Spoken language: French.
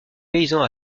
paysans